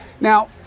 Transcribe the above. Now